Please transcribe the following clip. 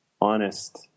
honest –